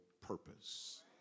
purpose